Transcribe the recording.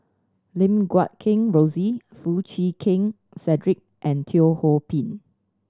Lim Guat Kheng Rosie Foo Chee Keng Cedric and Teo Ho Pin